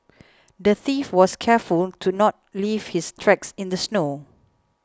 the thief was careful to not leave his tracks in the snow